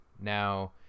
now